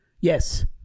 Yes